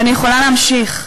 ואני יכולה להמשיך.